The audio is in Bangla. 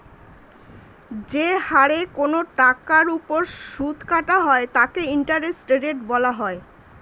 যে হারে কোন টাকার উপর সুদ কাটা হয় তাকে ইন্টারেস্ট রেট বলা হয়